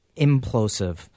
implosive